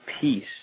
peace